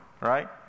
Right